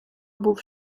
був